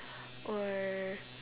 or